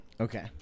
Okay